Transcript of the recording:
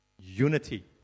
Unity